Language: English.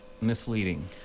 misleading